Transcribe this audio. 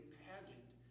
pageant